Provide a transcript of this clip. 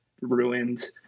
ruined